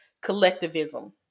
collectivism